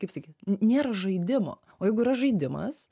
kaip sakyt nėra žaidimo o jeigu yra žaidimas